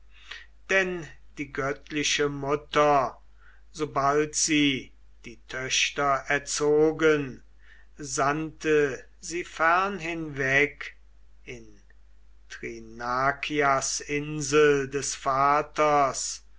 denn die göttliche mutter sobald sie die töchter erzogen sandte sie fern hinweg in thrinakias insel des vaters